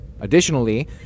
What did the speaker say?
Additionally